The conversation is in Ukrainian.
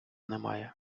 немає